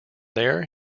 there